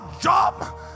job